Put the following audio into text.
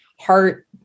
heart